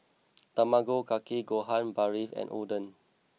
Tamago Kake Gohan Barfi and Oden